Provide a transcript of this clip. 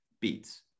beats